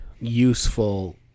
useful